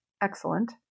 excellent